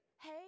hey